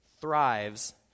thrives